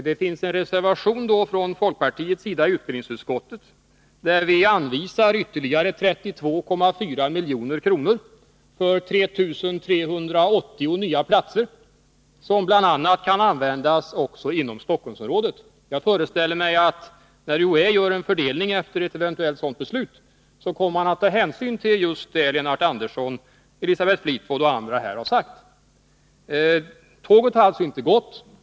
Det finns en reservation från folkpartiets sida i utbildningsutskottet där vi anvisar ytterligare 32,4 milj.kr. för 3380 nya platser, som bl.a. kan användas inom Stockholmsområdet. Jag föreställer mig att när UHÄ gör en fördelning efter ett eventuellt sådant beslut, kommer man att ta hänsyn till just det som Lennart Andersson, Elisabeth Fleetwood och andra här har sagt. Tåget har alltså inte gått.